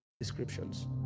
descriptions